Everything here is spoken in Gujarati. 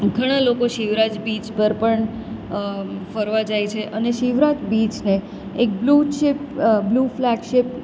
ઘણાં લોકો શિવરાજ બીચ પર પણ ફરવા જાય છે અને શિવરાજ બીચને એક બ્લુ ચીપ બ્લુ ફલેગશિપ